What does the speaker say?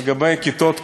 לגבי כיתות כוננות,